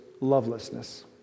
lovelessness